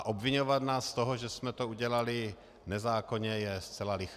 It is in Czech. Obviňovat nás z toho, že jsme to udělali nezákonně, je zcela liché.